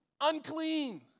unclean